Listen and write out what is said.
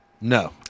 No